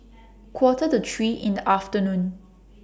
Quarter to three in The afternoon